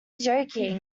joking